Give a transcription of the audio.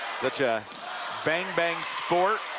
such a bang, bang sport